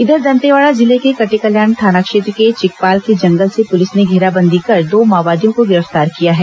इधर दंतेवाड़ा जिले के कटेकल्याण थाना क्षेत्र के चिकपाल के जंगल से पुलिस ने घेराबंदी कर दो माओवादियों को गिरफ्तार किया है